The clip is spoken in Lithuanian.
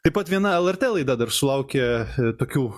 taip pat viena lrt laida dar sulaukė tokių